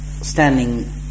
standing